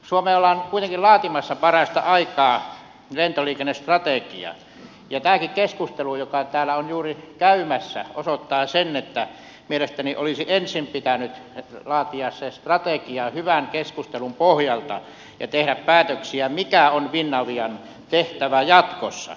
suomeen ollaan kuitenkin laatimassa parasta aikaa lentoliikennestrategiaa ja tämäkin keskustelu jota täällä ollaan juuri käymässä osoittaa sen että mielestäni olisi ensin pitänyt laatia se strategia hyvän keskustelun pohjalta ja tehdä päätöksiä mikä on finavian tehtävä jatkossa